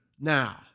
now